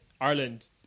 Ireland